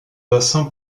bassin